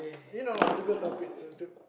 you know it's a good topic to to